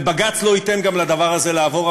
ובג"ץ לא ייתן גם לדבר הזה לעבור,